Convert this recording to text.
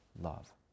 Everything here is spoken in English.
love